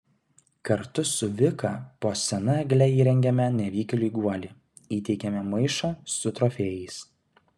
kartu su vika po sena egle įrengiame nevykėliui guolį įteikiame maišą su trofėjais